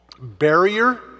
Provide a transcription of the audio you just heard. barrier